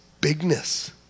bigness